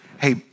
hey